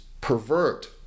pervert